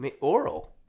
Oral